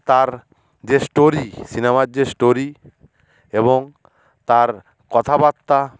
তার যে স্টোরি সিনেমার যে স্টোরি এবং তার কথাবার্তা